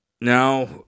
Now